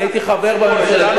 אני הייתי חבר בממשלה,